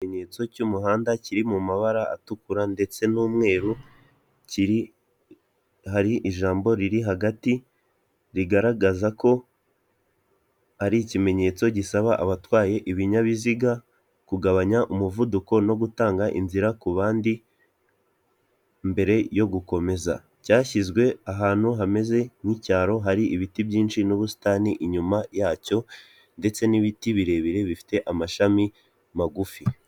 Ikimenyetso cy'umuhanda kiri mu mabara atukura ndetse n'umweru, kiri hari ijambo riri hagati rigaragazako ari ikimenyetso gisaba abatwaye ibinyabiziga kugabanya umuvuduko no gutanga inzira ku bandi mbere yo gukomeza, cyashyizwe ahantu hameze nk'icyaro hari ibiti byinshi n'ubusitani inyuma yacyo, ndetse n'ibiti birebire bifite amashami magufi.